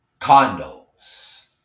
Condos